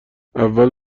این